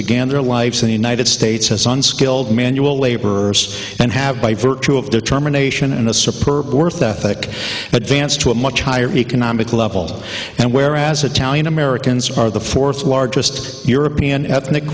began their lives in the united states as unskilled manual laborers and have by virtue of determination and a supporter worth ethic advanced to a much higher economic level and where as italian americans are the fourth largest european ethnic